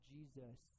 Jesus